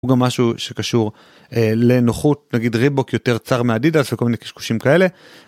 הוא גם משהו שקשור לנוחות נגיד ריבוק יותר צר מאדידס וכל מיני קשקושים כאלה.